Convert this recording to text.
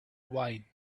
wine